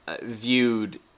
viewed